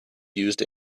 used